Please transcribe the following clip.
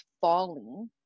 falling